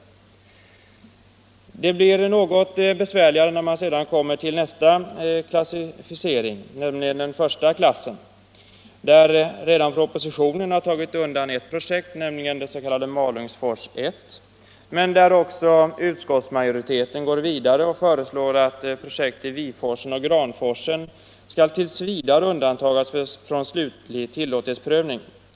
Det blir något besvärligare när man kommer till nästa klassificering, nämligen den första klassen. Redan propositionen har tagit undan ett projekt, Malungsfors I, men utskottsmajoriteten går vidare och föreslår att projekten Viforsen och Granboforsen skall t. v. undantas från slutlig tillåtlighetsprövning.